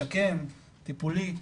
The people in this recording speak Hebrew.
משקם, טיפולי.